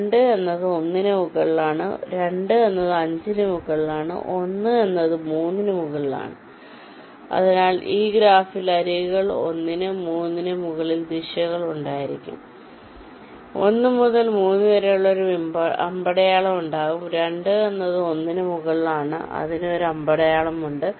2 എന്നത് 1 ന് മുകളിലാണ് 2 എന്നത് 5 ന് മുകളിലാണ് 1 എന്നത് 3 ന് മുകളിലാണ് അതിനാൽ ഈ ഗ്രാഫിൽ അരികുകൾക്ക് 1 ന് 3 ന് മുകളിൽ ദിശകൾ ഉണ്ടായിരിക്കും 1 മുതൽ 3 വരെ ഒരു അമ്പടയാളം ഉണ്ടാകും 2 എന്നത് 1 ന് മുകളിലാണ് അതിൽ നിന്ന് ഒരു അമ്പടയാളമുണ്ട്